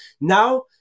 Now